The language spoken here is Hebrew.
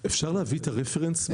-- אפשר להביא את הרפרנס?